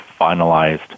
finalized